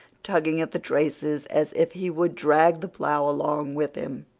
tugging at the traces as if he would drag the plough along with him.